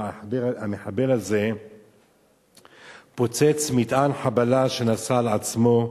המחבל הזה פוצץ מטען חבלה שנשא על עצמו,